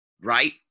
right